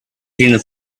cleaning